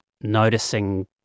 noticing